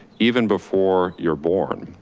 even before you're born,